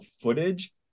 footage